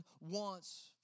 wants